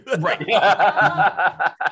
Right